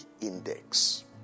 index